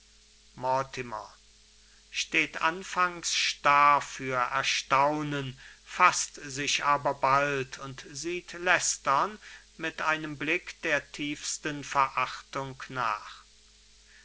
mortimer steht anfangs starr für erstaunen faßt sich aber bald und sieht leicestern mit einem blick der tiefsten verachtung nach